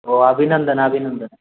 हो अभिनंदन अभिनंदन